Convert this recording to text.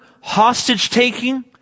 hostage-taking